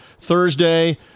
Thursday